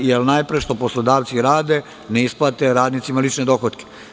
Jer, najpre što poslodavci rade jeste da ne isplaćuju radnicima lične dohotke.